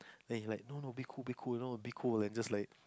then he like no no be cool be cool you know be cool just like